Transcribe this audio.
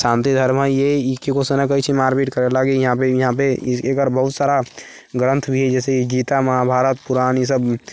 शान्ति धर्म हइ ये ई ककरोसँ न कहैत छै मारपीट करय लागी यहाँपे यहाँपे एकर बहुत सारा ग्रन्थ भी हइ जैसे गीता महाभारत पुराण ईसभ